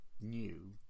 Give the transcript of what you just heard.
new